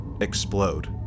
explode